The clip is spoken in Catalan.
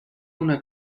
una